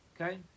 Okay